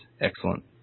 excellent